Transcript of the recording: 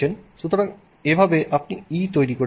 সুতরাং এভাবে আপনি E তৈরি করেছেন